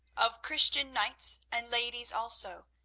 of christian knights and ladies also,